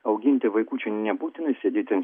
auginti vaikučių nebūtina sėdėti